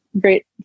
great